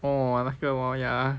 哦那个 ya